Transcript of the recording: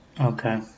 Okay